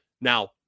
Now